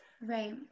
Right